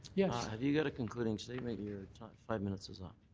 yeah have you got a concluding statement? your five minutes is ah